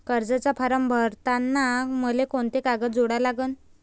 कर्जाचा फारम भरताना मले कोंते कागद जोडा लागन?